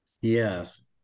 Yes